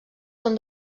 són